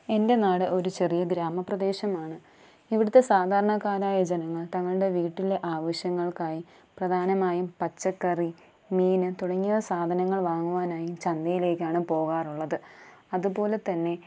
എൻ്റെ നാട് ഒരു ചെറിയ ഗ്രാമപ്രദേശമാണ് ഇവിടുത്തെ സാധാരണക്കാരായ ജനങ്ങൾ തങ്ങളുടെ വീട്ടിലെ ആവശ്യങ്ങൾക്കായി പ്രധാനമായും പച്ചക്കറി മീൻ തുടങ്ങിയ സാധനങ്ങൾ വാങ്ങുവാനായി ചന്തയിലേക്കാണ് പോകാറുള്ളത് അതുപോലെത്തന്നെ